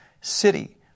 city